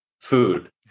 food